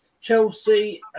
Chelsea